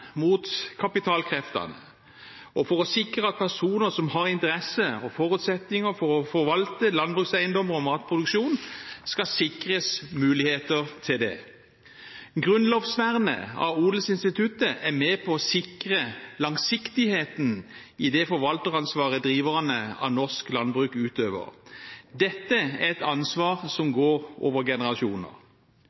mot kapitalkreftene, og er til for at personer som har interesse av og forutsetninger for å forvalte landbrukseiendommer og matproduksjon, skal sikres muligheter til det. Grunnlovsvernet av odelsinstituttet er med på å sikre langsiktigheten i det forvalteransvaret driverne av norsk landbruk utøver. Dette er et ansvar som går over generasjoner.